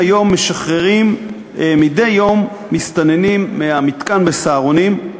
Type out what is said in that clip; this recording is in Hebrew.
משחררים מדי יום מסתננים מהמתקן "סהרונים".